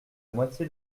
moitié